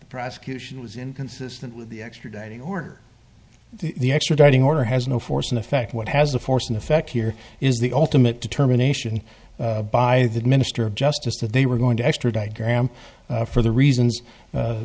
the prosecution was inconsistent with the extraditing order the extraditing order has no force in effect what has the force in effect here is the ultimate determination by the minister of justice that they were going to extradite graham for the reason